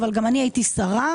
גם אני הייתי שרה,